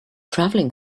traveling